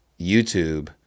YouTube